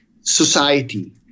society